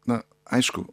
na aišku